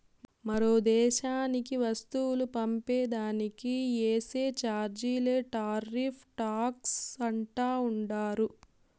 మరో దేశానికి వస్తువులు పంపే దానికి ఏసే చార్జీలే టార్రిఫ్ టాక్స్ అంటా ఉండారు